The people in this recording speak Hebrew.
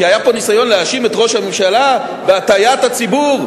כי היה פה ניסיון להאשים את ראש הממשלה בהטעיית הציבור: